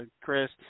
Chris